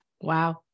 Wow